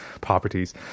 properties